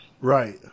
Right